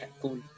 Cool